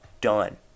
done